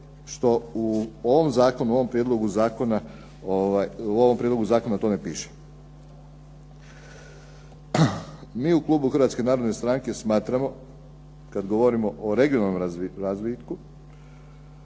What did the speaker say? u ovom Prijedlogu zakona to ne piše. MI u Klubu Hrvatske narodne stranke smatramo kada govorimo o regionalnom razvitku,